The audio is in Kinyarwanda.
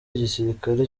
igisirikare